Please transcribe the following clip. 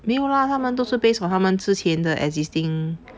没有啦他们都是 based on 他们之前的 existing